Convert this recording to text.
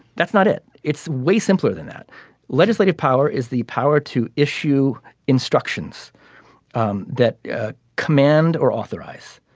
that's not it. it's way simpler than that legislative power is the power to issue instructions um that command or authorize